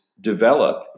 develop